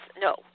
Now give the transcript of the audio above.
No